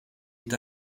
est